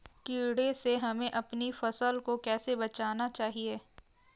कीड़े से हमें अपनी फसल को कैसे बचाना चाहिए?